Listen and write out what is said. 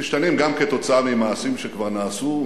הם משתנים גם כתוצאה ממעשים שכבר נעשו,